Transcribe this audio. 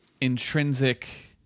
intrinsic